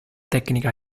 tecnica